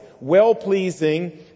well-pleasing